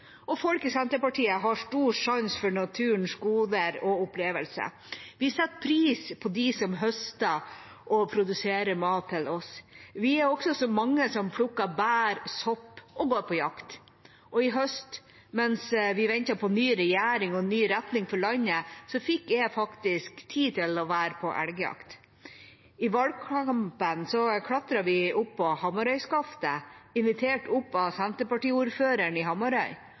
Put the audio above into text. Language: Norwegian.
Folk i Senterpartiet har stor sans for naturens goder og opplevelser. Vi setter pris på dem som høster og produserer mat til oss. Vi er også mange som plukker bær og sopp og går på jakt. I høst, mens vi ventet på ny regjering og en ny retning for landet, fikk jeg faktisk tid til å være på elgjakt. I valgkampen klatret vi opp på Hamarøyskaftet, invitert opp av Senterparti-ordføreren i Hamarøy.